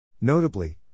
Notably